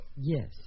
Yes